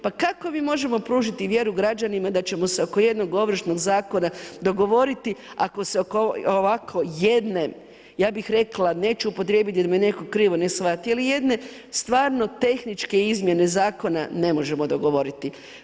Pa kako mi možemo pružiti vjeru građanima da ćemo se oko jednog ovršnog zakona dogovoriti, ako se oko ovako jedne, ja bih rekla, neću upotrijebiti da me netko krivo ne shvati, ili jedne stvarno tehničke izmjene zakona ne možemo dogovoriti.